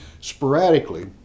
sporadically